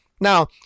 Now